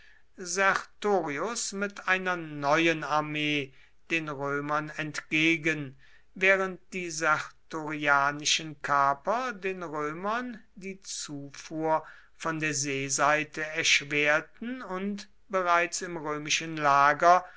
sertorius mit einer neuen armee den römern entgegen während die sertorianischen kaper den römern die zufuhr von der seeseite erschwerten und bereits im römischen lager